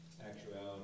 actuality